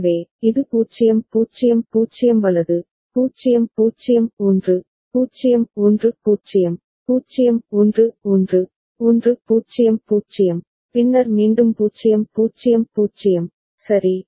எனவே இது 0 0 0 வலது 0 0 1 0 1 0 0 1 1 1 0 0 பின்னர் மீண்டும் 0 0 0 சரி